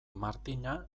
martina